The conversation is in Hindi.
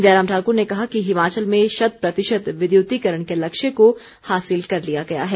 जयराम ठाकुर ने कहा कि हिमाचल में शत प्रतिशत विद्युतीकरण के लक्ष्य को हासिल कर लिया गया है